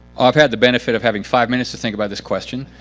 i've had the benefit of having five minutes to think about this question,